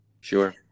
Sure